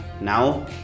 Now